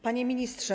Panie Ministrze!